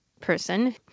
person